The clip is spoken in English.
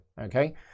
okay